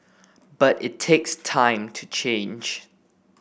but it takes time to change